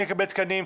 מי יקבל תקנים,